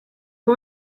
who